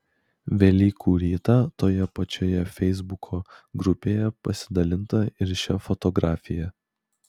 velykų rytą toje pačioje feisbuko grupėje pasidalinta ir šia fotografija